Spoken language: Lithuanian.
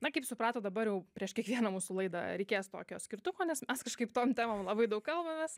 na kaip supratot dabar jau prieš kiekvieną mūsų laidą reikės tokio skirtuko nes mes kažkaip tom temom labai daug kalbamės